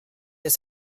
ist